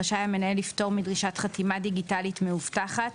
רשאי המנהל לפטור מדרישת חתימה דיגיטלית מאובטחת,